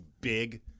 big